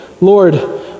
Lord